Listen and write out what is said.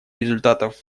результатов